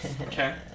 Okay